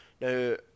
Now